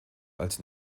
als